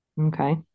Okay